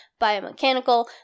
biomechanical